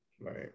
Right